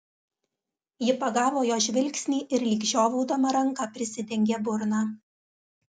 ji pagavo jo žvilgsnį ir lyg žiovaudama ranka prisidengė burną